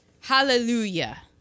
Hallelujah